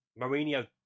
Mourinho